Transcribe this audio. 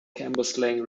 cambuslang